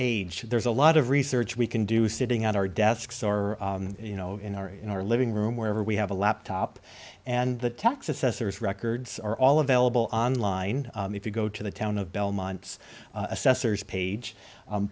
age there's a lot of research we can do sitting on our desks or you know in our in our living room wherever we have a laptop and the tax assessor's records are all available online if you go to the town of belmont